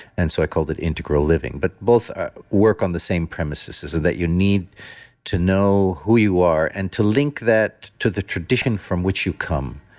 and so i called it integral living. but both work on the same premises, is and that you need to know who you are and to link that to the tradition from which you come.